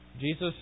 Jesus